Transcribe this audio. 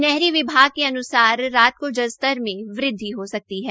नहरी विभाग के अन्सार राज को जल स्तर मे वृद्वि हो सकती है